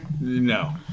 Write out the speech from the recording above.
No